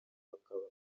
bakabona